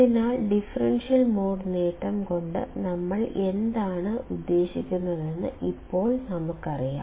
അതിനാൽ differential mode നേട്ടം കൊണ്ട് നമ്മൾ എന്താണ് ഉദ്ദേശിക്കുന്നതെന്ന് ഇപ്പോൾ നമ്മൾക്കറിയാം